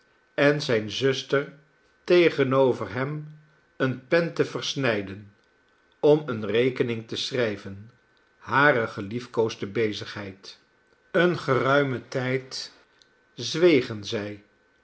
en zijne zuster tegenover hem eene pen te versnijden om eene rekening te schrijven hare geliefkoosde bezigheid een geruirnen tijd zwegen zij